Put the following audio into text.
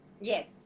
Yes